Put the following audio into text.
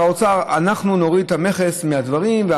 אנחנו נוריד את המכס מהדברים,